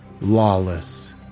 Lawless